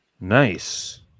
Nice